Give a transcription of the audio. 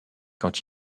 quand